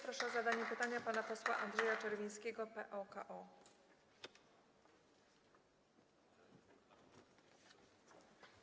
Proszę o zadanie pytania pana posła Andrzeja Czerwińskiego, PO-KO.